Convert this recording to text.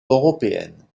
européenne